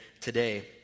today